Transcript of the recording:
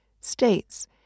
states